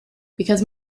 because